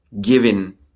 given